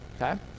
okay